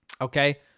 Okay